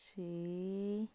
ਛੇ